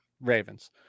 Ravens